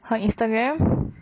her instagram